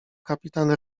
kapitan